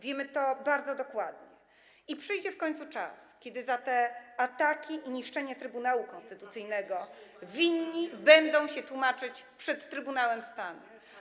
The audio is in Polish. Wiemy to bardzo dokładnie i przyjdzie w końcu czas, kiedy za te ataki i niszczenie Trybunału Konstytucyjnego winni będą się tłumaczyć przed Trybunałem Stanu.